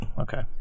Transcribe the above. okay